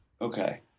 okay